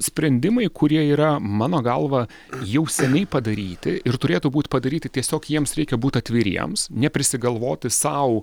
sprendimai kurie yra mano galva jau seniai padaryti ir turėtų būt padaryti tiesiog jiems reikia būti atviriems neprisigalvoti sau